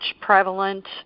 prevalent